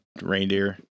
reindeer